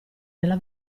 nella